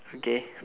okay